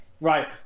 Right